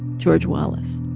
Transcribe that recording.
george wallace